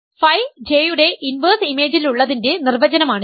phi J യുടെ inverse ഇമേജിലുള്ളതിന്റെ നിർവചനമാണിത്